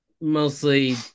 mostly